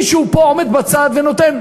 מישהו פה עומד בצד ונותן,